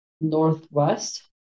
northwest